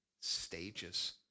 stages